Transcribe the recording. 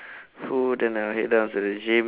food then I'll head down to the gym